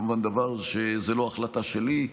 כמובן שזו לא החלטה שלי.